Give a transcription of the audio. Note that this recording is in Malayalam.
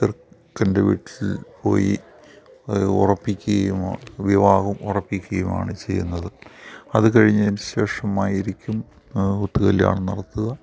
ചെറുക്കൻ്റെ വീട്ടിൽ പോയി അത് ഉറപ്പിക്കയുമാണ് വിവാഹം ഉറപ്പിക്കയുമാണ് ചെയ്യുന്നത് അത് കഴിഞ്ഞതിന് ശേഷമായിരിക്കും ഒത്ത് കല്യാണം നടത്തുക